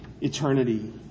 eternity